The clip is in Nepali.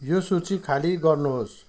यो सूची खाली गर्नुहोस्